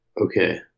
Okay